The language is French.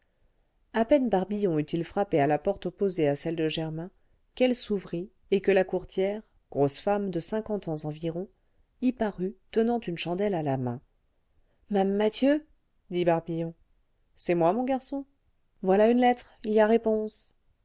à peine barbillon eut-il frappé à la porte opposée à celle de germain qu'elle s'ouvrit et que la courtière grosse femme de cinquante ans environ y parut tenant une chandelle à la main m'ame mathieu dit barbillon c'est moi mon garçon voilà une lettre il y a réponse